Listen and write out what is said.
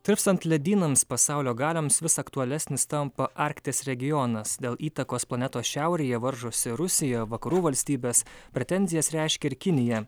tirpstant ledynams pasaulio galioms vis aktualesnis tampa arkties regionas dėl įtakos planetos šiaurėje varžosi rusija vakarų valstybės pretenzijas reiškia ir kinija